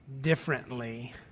differently